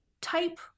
type